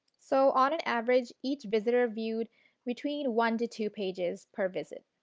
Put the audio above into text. so, on an average each visitor viewed between one to two pages per visit.